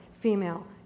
female